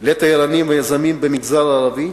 לתיירנים ויזמים במגזר הערבי,